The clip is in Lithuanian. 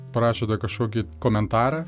parašėte kažkokį komentarą